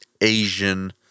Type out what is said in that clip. Asian